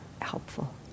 helpful